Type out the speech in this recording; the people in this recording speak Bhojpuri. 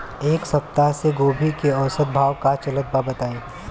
एक सप्ताह से गोभी के औसत भाव का चलत बा बताई?